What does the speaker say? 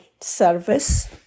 service